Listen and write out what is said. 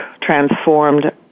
transformed